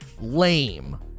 lame